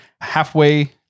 halfway